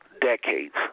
decades